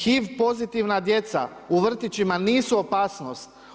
HIV pozitivna djeca u vrtićima nisu opasnost.